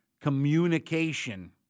communication